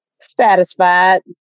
Satisfied